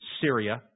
Syria